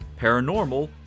paranormal